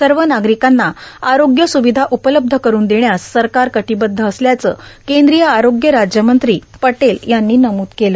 सव नार्गारकांना आरोग्य स्रावधा उपलब्ध करुन देण्यास सरकार कटोबद्ध असल्याचं कद्रीय आरोग्य राज्य मंत्री पटेल यांनी नमूद केलं